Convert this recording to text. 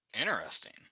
Interesting